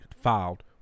filed